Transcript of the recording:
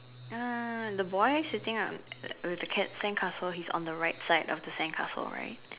uh the boy sitting out with the cat sandcastle he's on the right side of the sandcastle right